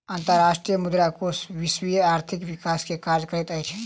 अंतर्राष्ट्रीय मुद्रा कोष वैश्विक आर्थिक विकास के कार्य करैत अछि